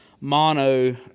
mono